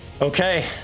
Okay